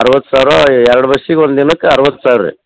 ಅರವತ್ತು ಸಾವಿರ ಎರಡು ಬಸ್ಸಿಗೆ ಒಂದಿನಕ್ಕೆ ಅರವತ್ತು ಸಾವಿರ ರೀ